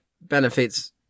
benefits